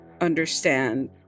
understand